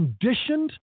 conditioned